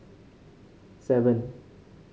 seven